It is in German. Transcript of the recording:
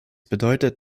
bedeutet